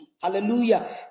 Hallelujah